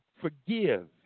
forgive